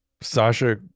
Sasha